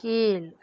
கீழ்